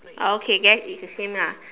okay then it's the same lah